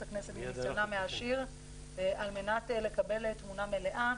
הכנסת מניסיונם העשיר על מנת לקבל תמונה מלאה.